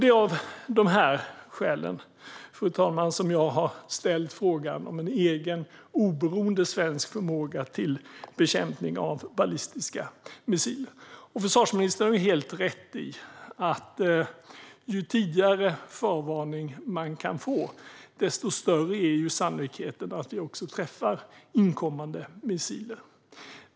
Det är av dessa skäl som jag har ställt frågan om en egen oberoende svensk förmåga till bekämpning av ballistiska missiler. Försvarsministern har helt rätt i att ju tidigare förvarning man kan få, desto större är sannolikheten att man också träffar inkommande missiler.